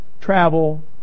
travel